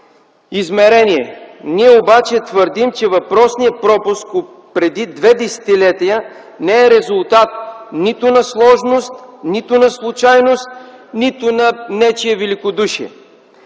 измерения. Ние обаче твърдим, че въпросният пропуск отпреди две десетилетия не е резултат нито на сложност, нито на случайност, нито на нечие великодушие.